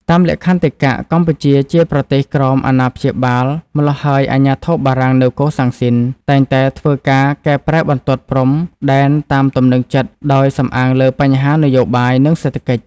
តាមលក្ខន្តិកៈ កម្ពុជា ជាប្រទេសក្រោម អាណាព្យាបាល ម្ល៉ោះហើយអាជ្ញាធរបារាំងនៅកូសាំងស៊ីន តែងតែធ្វើការកែប្រែបន្ទាត់ព្រំ ដែនតាមទំនើងចិត្តដោយ សំអាងលើបញ្ហានយោបាយ និងសេដ្ឋកិច្ច។